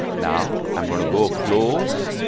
now, i'm going to go close,